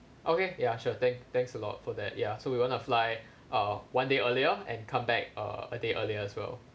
okay ya sure thank thanks a lot for that ya so we want to fly uh one day earlier and come back err a day earlier as well